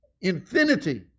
infinity